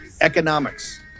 Economics